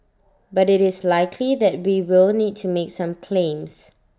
but IT is likely that we will need to make some claims